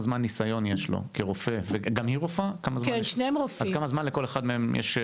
אז כמה זמן ניסיון יש לכל אחד מהם?